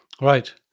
Right